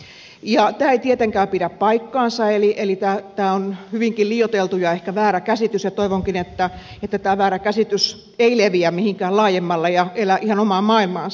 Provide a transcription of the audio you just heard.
tämä ei tietenkään pidä paikkaansa eli tämä on hyvinkin liioiteltu ja ehkä väärä käsitys ja toivonkin että tämä väärä käsitys ei leviä mihinkään laajemmalle ja elä ihan omaa maailmaansa